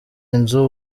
nzu